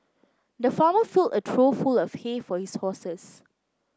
the farmer filled a trough full of hay for his horses